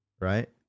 Right